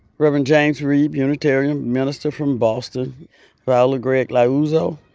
reverend james reeb, unitarian minister from boston viola gregg liuzzo,